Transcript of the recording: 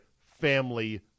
family